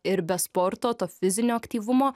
ir be sporto to fizinio aktyvumo